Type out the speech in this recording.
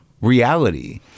reality